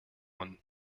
one